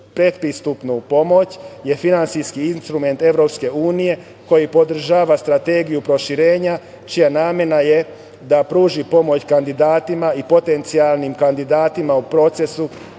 pretpristupnu pomoć je finansijski instrument EU koji podržava strategiju proširenja čija je namena da pruži pomoć kandidatima i potencijalnim kandidatima u procesu